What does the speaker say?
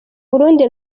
burundi